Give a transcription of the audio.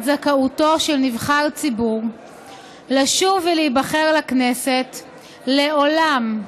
זכאותו של נבחר ציבור לשוב ולהיבחר לכנסת לעולם,